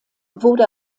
wurde